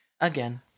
again